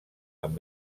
amb